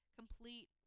complete